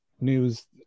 news